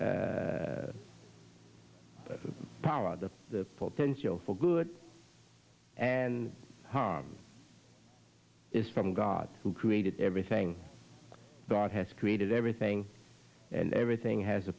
power the potential for good and harm is from god who created everything god has created everything and everything has a